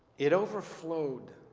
it overflowed